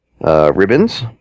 ribbons